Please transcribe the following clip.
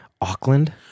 Auckland